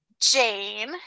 Jane